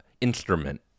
instrument